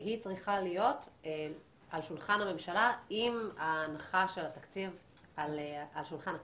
שהיא צריכה להיות על שולחן הממשלה עם ההנחה של התקציב על שולחן הכנסת.